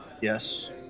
Yes